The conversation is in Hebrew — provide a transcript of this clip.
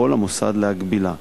יכול המוסד להגבילה.